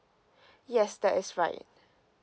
yes that is right